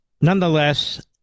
Nonetheless